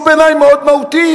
שהוא בעיני מאוד מהותי?